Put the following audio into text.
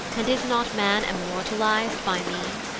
and is not man immortaliz'd by me?